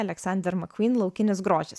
aleksander makvyn laukinis grožis